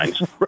Right